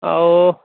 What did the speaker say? ଆଉ